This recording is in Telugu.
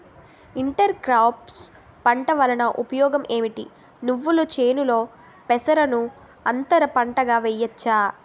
ఇంటర్ క్రోఫ్స్ పంట వలన ఉపయోగం ఏమిటి? నువ్వుల చేనులో పెసరను అంతర పంటగా వేయవచ్చా?